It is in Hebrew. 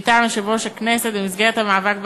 במשלחת מטעם יושב-ראש הכנסת במסגרת המאבק באנטישמיות.